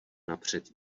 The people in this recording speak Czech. napřed